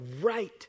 right